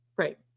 Right